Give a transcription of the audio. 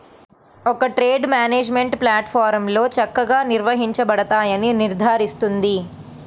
ఒక trade management ప్లాట్ఫారమ్లో చక్కగా నిర్వహించబడతాయని నిర్ధారిస్తుంది